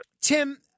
Tim